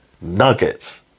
nuggets